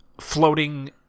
floating